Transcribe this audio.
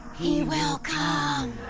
he will come.